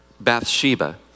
Bathsheba